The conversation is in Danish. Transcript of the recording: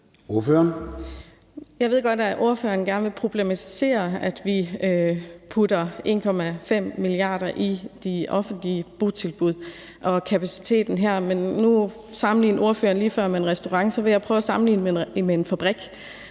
Jeg ved godt, at ordføreren gerne vil problematisere, at vi putter 1,5 mia. kr. ind i de offentlige botilbud og kapaciteten her, men nu sammenlignede ordføreren det lige før med en restaurant, og så vil jeg prøve at sammenligne det med en fabrik.